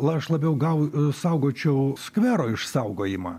aš labiau gal saugočiau skvero išsaugojimą